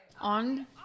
On